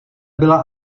byla